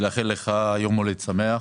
ולאחל לך יום הולדת שמח.